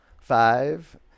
Five